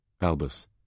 Albus